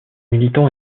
militants